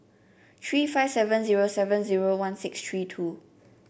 three five seven zero seven zero one six three two